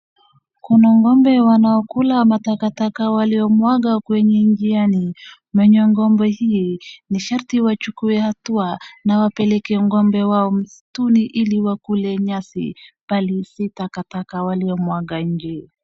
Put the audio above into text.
Kuna ng'ombe wanaokula matakataka yaliyomwagwa kwenye njiani, wenye ng'ombe hiii ni sharti wachukue hatua na wapeleke wao msituni ili wakule nyasi pahali sio takataka yaliyomwagwa nje.